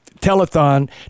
Telethon